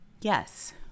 yes